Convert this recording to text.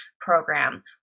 program